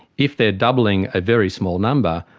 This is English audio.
if they are doubling a very small number,